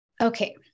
Okay